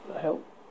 help